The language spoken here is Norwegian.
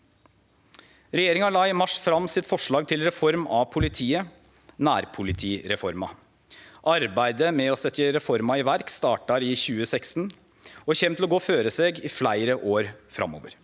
Regjeringa la i mars fram forslaget til reform av politiet – nærpolitireforma. Arbeidet med å setje reforma i verk startar i 2016 og kjem til å gå føre seg i fleire år framover.